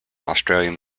australian